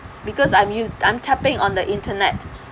because I'm u~ I'm tapping on the internet